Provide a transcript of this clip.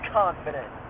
confident